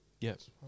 Yes